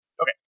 Okay